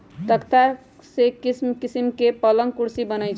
तकख्ता से किशिम किशीम के पलंग कुर्सी बनए छइ